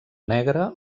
negra